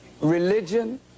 religion